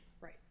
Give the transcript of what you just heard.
right